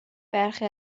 برخی